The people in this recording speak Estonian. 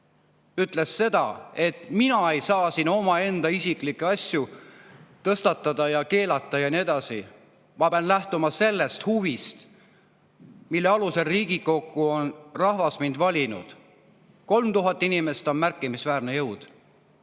ütles seda, et mina ei saa siin omaenda isiklikke asju tõstatada ja keelata ja nii edasi, ma pean lähtuma sellest huvist, mille alusel rahvas on mind Riigikokku valinud. 3000 inimest on märkimisväärne jõud.